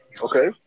Okay